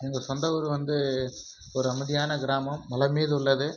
எங்கள் சொந்த ஊர் வந்து ஒரு அமைதியான கிராமம் மலை மீது உள்ளது